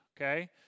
okay